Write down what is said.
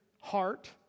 heart